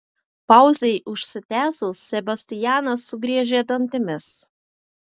pauzei užsitęsus sebastianas sugriežė dantimis